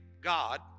god